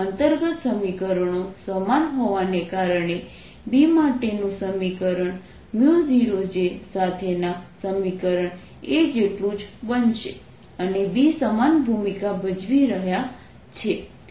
અંતર્ગત સમીકરણો સમાન હોવાને કારણે B માટેનું સમીકરણ 0J સાથેના સમીકરણ A જેટલું જ બનશે અને B સમાન ભૂમિકા ભજવી રહ્યા છે